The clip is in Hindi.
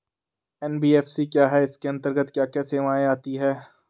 एन.बी.एफ.सी क्या है इसके अंतर्गत क्या क्या सेवाएँ आती हैं?